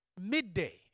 Midday